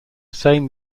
same